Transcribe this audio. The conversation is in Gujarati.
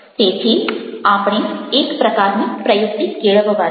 તેથી આપણે એક પ્રકારની પ્રયુક્તિ કેળવવાની છે